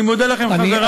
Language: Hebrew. אני מודה לכם, חברי.